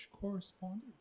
correspondent